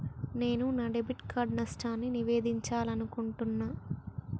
నేను నా debit card నష్టాన్ని నివేదించాలనుకుంటున్నా